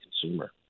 consumer